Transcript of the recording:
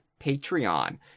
Patreon